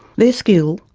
their skill,